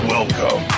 Welcome